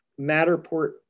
Matterport